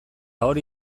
hori